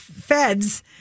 feds